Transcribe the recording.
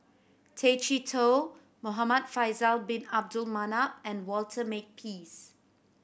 Tay Chee Toh Muhamad Faisal Bin Abdul Manap and Walter Makepeace